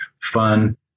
fun